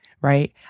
right